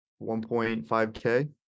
1.5k